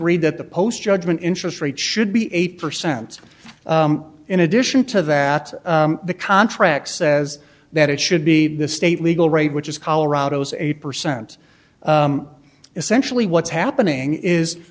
ed that the post judgment interest rate should be eight percent in addition to that the contract says that it should be the state legal rate which is colorado's eight percent essentially what's happening is